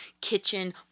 kitchen